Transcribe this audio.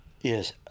Yes